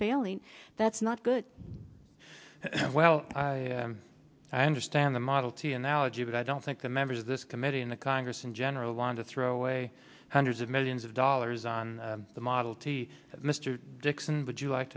failing that's not good well i understand the model t analogy but i don't think the members of this committee in the congress in general want to throw away hundreds of millions of dollars on the model t mr dixon would you like